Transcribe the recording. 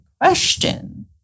question